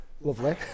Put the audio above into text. lovely